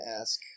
ask